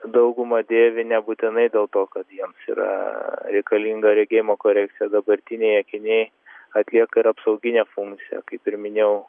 dauguma dėvi nebūtinai dėl to kad jiems yra reikalinga regėjimo korekcija dabartiniai akiniai atlieka ir apsauginę funkciją kaip ir minėjau